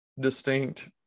Distinct